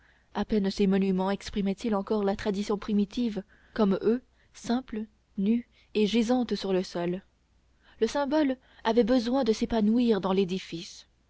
à peine ces monuments exprimaient ils encore la tradition primitive comme eux simple nue et gisante sur le sol le symbole avait besoin de s'épanouir dans l'édifice